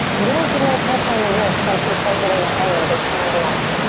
little to no pressure in the wrists once we start getting the hang of this hand lock.